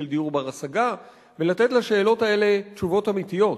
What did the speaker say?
של דיור בר-השגה ולתת על השאלות האלה תשובות אמיתיות.